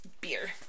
beer